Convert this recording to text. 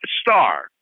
star